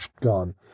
gone